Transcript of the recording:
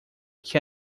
que